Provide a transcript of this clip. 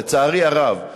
לצערי הרב,